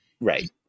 Right